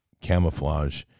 camouflage